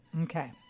Okay